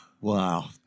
wow